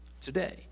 today